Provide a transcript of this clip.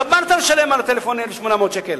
גמרת לשלם על הטלפון 1,800 שקל,